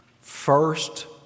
First